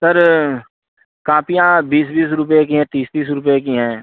sir कापियाँ बीस बीस रुपये की हैं तीस तीस रुपये की हैं